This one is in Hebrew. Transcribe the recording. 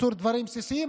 ייצור דברים בסיסיים,